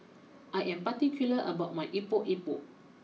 I am particular about my Epok Epok